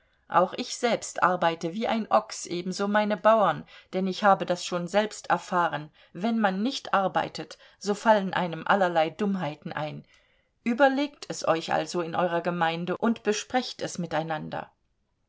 auch ich selbst arbeite wie ein ochs ebenso meine bauern denn ich habe das schon selbst erfahren wenn man nicht arbeitet so fallen einem allerlei dummheiten ein überlegt es euch also in eurer gemeinde und besprecht es miteinander